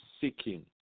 seeking